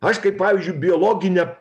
aš kaip pavyzdžiui biologinę